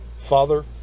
father